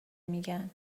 میگن